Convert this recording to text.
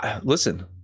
Listen